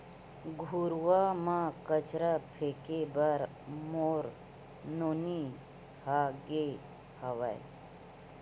घुरूवा म कचरा फेंके बर मोर नोनी ह गे हावय